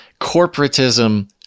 corporatism